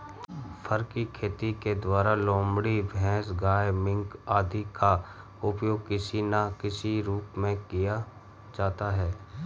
फर की खेती के द्वारा लोमड़ी, भैंस, गाय, मिंक आदि का उपयोग किसी ना किसी रूप में किया जाता है